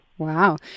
Wow